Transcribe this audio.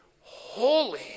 holy